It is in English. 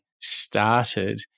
started